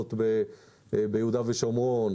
שפועלות ביהודה ושומרון,